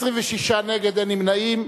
26 נגד, אין נמנעים.